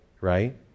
right